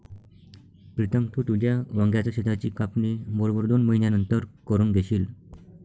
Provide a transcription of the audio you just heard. प्रीतम, तू तुझ्या वांग्याच शेताची कापणी बरोबर दोन महिन्यांनंतर करून घेशील